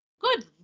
good